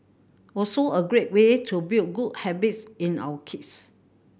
also a great way to build good habits in our kids